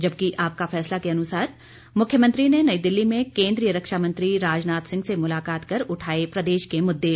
जबकि आपका फैसला के अनुसार मुख्यमंत्री ने नई दिल्ली में केंद्रीय रक्षा मंत्री राजनाथ सिंह से मुलाकात कर उठाए प्रदेश के मुद्दे